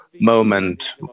moment